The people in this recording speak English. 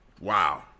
wow